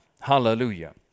Hallelujah